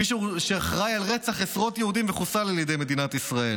מישהו שאחראי לרצח עשרות יהודים וחוסל על ידי מדינת ישראל.